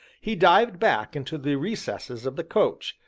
he dived back into the recesses of the coach,